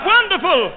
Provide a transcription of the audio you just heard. Wonderful